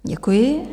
Děkuji.